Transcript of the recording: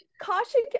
Caution